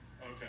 Okay